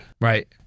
Right